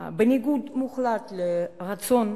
בניגוד מוחלט לרצון